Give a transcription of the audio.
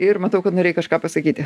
ir matau kad norėjai kažką pasakyti